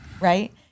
right